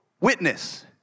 witness